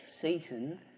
Satan